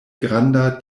granda